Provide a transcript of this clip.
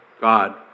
God